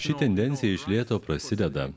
ši tendencija iš lėto prasideda